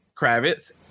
Kravitz